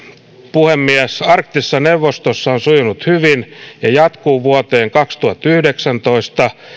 puhemies arktisessa neuvostossa on sujunut hyvin ja jatkuu vuoteen kaksituhattayhdeksäntoista